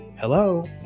Hello